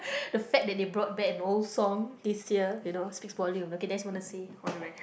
the fact that they brought back an old song this year you know speaks volume okay that's what I want to say